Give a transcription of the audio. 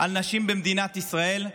על נשים במדינת ישראל.